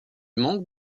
manque